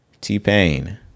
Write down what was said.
t-pain